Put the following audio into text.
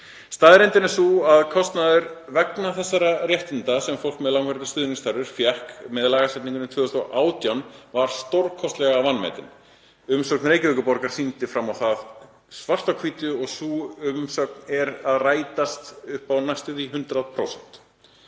Staðreyndin er sú að kostnaður vegna þessara réttinda sem fólk með langvarandi stuðningsþarfir fékk með lagasetningunni 2018 var stórkostlega vanmetinn. Umsögn Reykjavíkurborgar sýndi fram á það svart á hvítu og sú umsögn er að rætast upp á næstum því 100%.